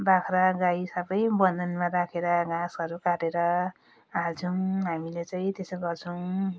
बाख्रा गाई सब बन्धनमा राखेर घाँसहरू काटेर हाल्छौँ हामीले चाहिँ त्यसो गर्छौँ